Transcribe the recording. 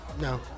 No